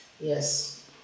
Yes